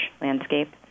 landscape